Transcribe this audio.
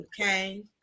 Okay